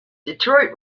detroit